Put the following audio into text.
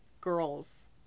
girls